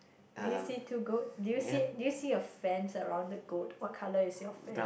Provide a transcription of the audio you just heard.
did you see two goats did you see did you see a fence around the goat what colour is your fence